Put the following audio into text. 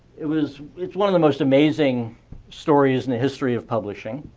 it was it's one of the most amazing stories in the history of publishing.